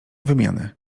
wymiany